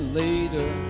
later